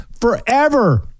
forever